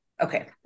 Okay